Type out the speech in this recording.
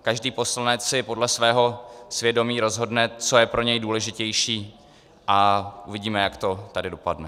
Každý poslanec si podle svého svědomí rozhodne, co je pro něj důležitější, a uvidíme, jak to tady dopadne.